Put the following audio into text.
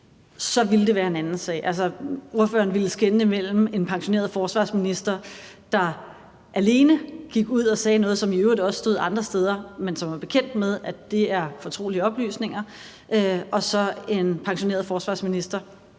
så ville det være en anden sag? Ordføreren ville altså skelne mellem en pensioneret forsvarsminister, der alene gik ud og sagde noget, som i øvrigt også stod andre steder, men som var bekendt med, at det er fortrolige oplysninger, og så en pensioneret forsvarsminister